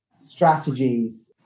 strategies